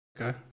okay